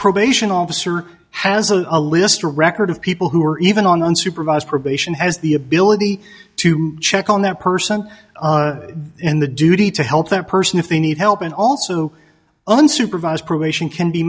probation officer has a list record of people who are even on unsupervised probation has the ability to check on that person and the duty to help that person if they need help and also unsupervised probation can